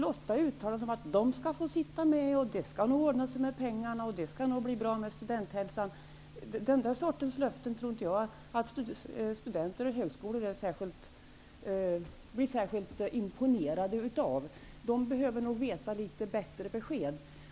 Flotta uttalanden att de skall få sitta med, att det nog skall ordna sig med pengarna och att det nog skall bli bra med studenthälsan tror jag inte att studenter och högskolor blir särskilt imponerade av. De behöver få litet bättre besked.